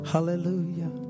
Hallelujah